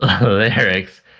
lyrics